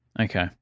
Okay